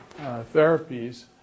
therapies